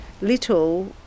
little